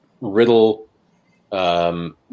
riddle